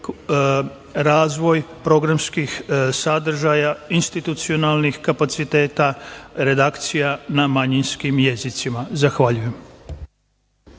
razvoj programskih sadržaja, institucionalnih kapaciteta redakcija na manjinskim jezicima. Zahvaljujem.